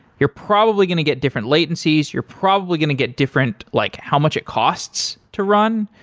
you're probably going to get different latencies. you're probably going to get different like how much it costs to run.